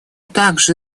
также